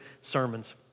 sermons